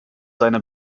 seine